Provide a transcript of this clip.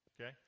Okay